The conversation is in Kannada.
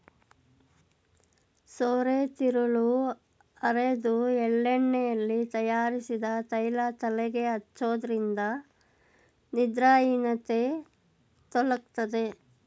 ಸೋರೆತಿರುಳು ಅರೆದು ಎಳ್ಳೆಣ್ಣೆಯಲ್ಲಿ ತಯಾರಿಸಿದ ತೈಲ ತಲೆಗೆ ಹಚ್ಚೋದ್ರಿಂದ ನಿದ್ರಾಹೀನತೆ ತೊಲಗ್ತದೆ